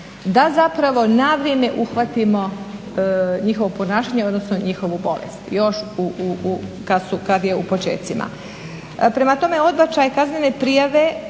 da zapravo na vrijeme uhvatimo njihovo ponašanje, odnosno njihovu bolest još kad je u počecima. Prema tome, odbačaj kaznene prijave